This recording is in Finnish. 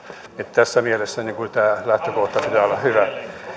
tässä mielessä tämän lähtökohdan pitää olla hyvä